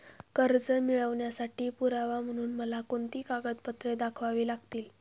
कर्ज मिळवण्यासाठी पुरावा म्हणून मला कोणती कागदपत्रे दाखवावी लागतील?